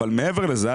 אבל מעבר לזה,